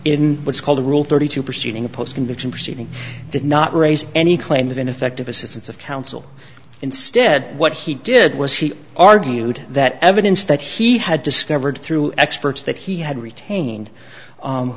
in what's called a rule thirty two proceeding a post conviction proceeding did not raise any claim of ineffective assistance of counsel instead what he did was he argued that evidence that he had discovered through experts that he had retained